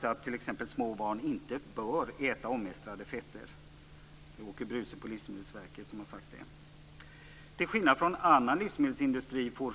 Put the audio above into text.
Till skillnad från annan livsmedelsindustri får